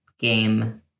game